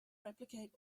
replicate